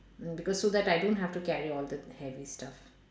uh because so that I don't have to carry all the heavy stuff